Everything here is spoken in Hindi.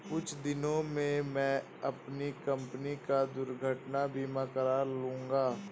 कुछ दिनों में मैं अपनी कंपनी का दुर्घटना बीमा करा लूंगा